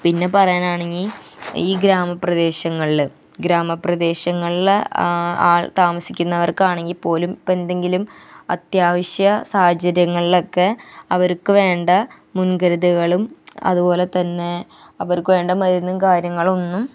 പിന്നെ പറയാനാണെങ്കിൽ ഈ ഗ്രാമ പ്രദേശങ്ങളിൽ ഗ്രാമ പ്രദേശങ്ങളിൽ ആള് താമസിക്കുന്നവര്ക്കാണെങ്കിപ്പോലും ഇപ്പെന്തെങ്കിലും അത്യാവശ്യ സാഹചര്യങ്ങളിലൊക്കെ അവർക്ക് വേണ്ട മുന്കരുതലുകളും അതുപോലെ തന്നെ അവര്ക്ക് വേണ്ട മരുന്നും കാര്യങ്ങളും ഒന്നും